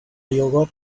yogurt